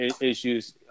issues